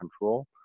control